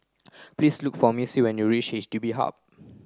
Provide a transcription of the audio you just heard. please look for Missie when you reach H D B Hub